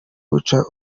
uca